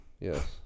Yes